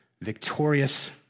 victorious